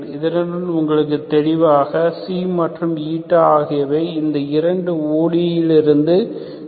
இதனுடன் உங்களுக்கு தெளிவாக மற்றும் ஆகியவை இந்த இரண்டு odes இருந்து கிடைக்கிறது